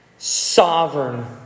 sovereign